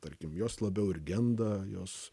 tarkim jos labiau ir genda jos